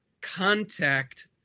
contact